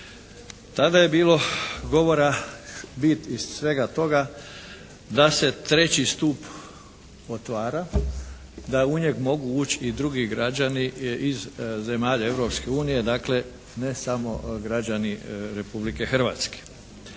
Tada je bilo govora bit iz svega toga da se treći stup otvara, da u njega mogu ući i drugi građani iz zemalja Europske unije, dakle ne samo građani Republike Hrvatske.